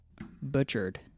butchered